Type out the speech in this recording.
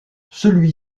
celui